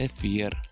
fear